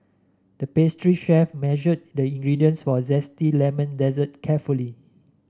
the pastry chef measured the ingredients for a zesty lemon dessert carefully